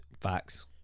Facts